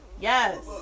yes